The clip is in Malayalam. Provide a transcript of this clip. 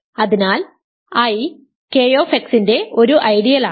അതിനാൽ I K ന്റെ ഒരു ഐഡിയലാണ്